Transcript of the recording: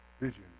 vision